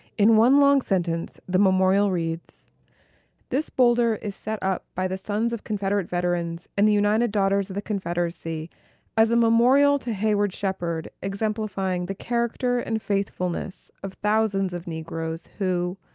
in one long sentence, the memorial reads this boulder is set up by the sons of confederate veterans and united daughters of the confederacy as a memorial to hayward shepherd, exemplifying the character and faithfulness of thousands of negroes who,